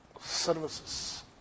services